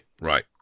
right